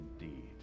indeed